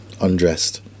undressed